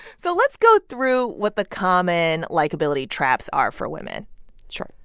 so let's go through what the common likeability traps are for women sure.